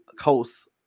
coast